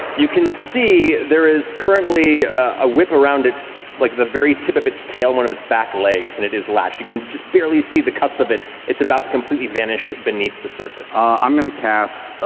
you can see there is currently a whip around its, like the very tip of its tail and one of its back legs and it is latched. you can just barely see the cusp of it. it's about to completely vanish beneath the surface. taliesin ah i'm going to cast